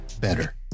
better